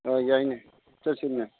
ꯍꯣꯏ ꯌꯥꯏꯅꯦ ꯆꯠꯁꯤꯅꯦ